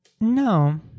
No